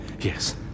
Yes